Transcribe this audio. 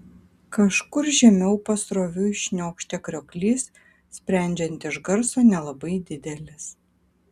kažkur žemiau pasroviui šniokštė krioklys sprendžiant iš garso nelabai didelis